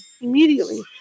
Immediately